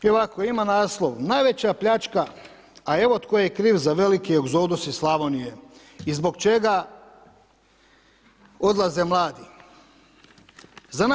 I ovako, ima naslov, najveća pljačka, a evo tko je kriv za veliki egzodus iz Slavonije i zbog čega odlaze mladi.